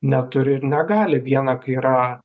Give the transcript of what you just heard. neturi ir negali viena kai yra